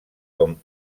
com